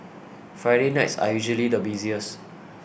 Friday nights are usually the busiest